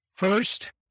First